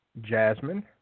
Jasmine